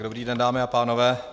Dobrý den, dámy a pánové.